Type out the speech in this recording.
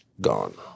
gone